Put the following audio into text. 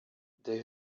they